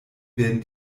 werden